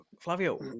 Flavio